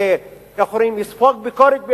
איך אומרים, שיספוג ביקורת בין-לאומית?